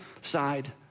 side